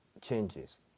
changes